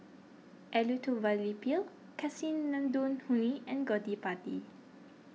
Elattuvalapil Kasinadhuni and Gottipati